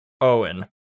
Owen